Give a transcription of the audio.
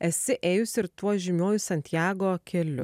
esi ėjusi ir tuo žymiuoju santjago keliu